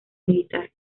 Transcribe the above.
militar